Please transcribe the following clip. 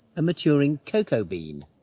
a maturing cocoa bean